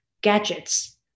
gadgets